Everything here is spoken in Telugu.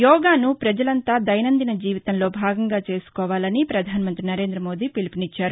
యోగాను ప్రజలంతా దైనందిన జీవితంలో భాగంగా చేసుకోవాలని పధాన మంతి నరేంద్ర మోదీ పిలుపునిచ్చారు